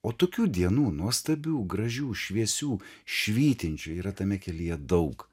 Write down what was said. o tokių dienų nuostabių gražių šviesių švytinčių yra tame kelyje daug